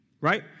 right